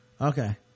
okay